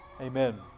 Amen